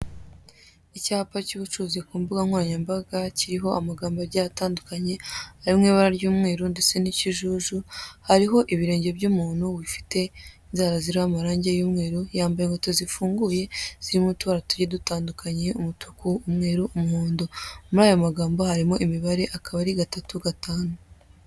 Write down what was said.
Icyapa cy'ubucuruzi ku mbuga nkoranya mbaga, kiriho amagambo agiyeb atandukanye, ari mu ibara ry'umweru ndetse n'ikijuju, hariho ibirenge by'umuntu ufite inzara ziriho amarangi y'umweru, yambaye inkweto zifunguye zirimo utubara tugiye dutandukanye, umutuku, umweru, umuhondo. Muri ayo magambo harimo imibare akaba ari gatatu, gatanu.